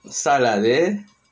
biasa lah அது:athu